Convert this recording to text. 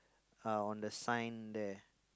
uh on the sign there